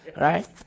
Right